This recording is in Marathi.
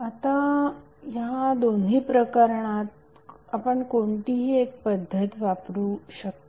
आता या दोन्ही प्रकारात आपण कोणतीही एक पद्धत वापरू शकता